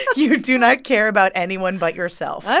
you do not care about anyone but yourself.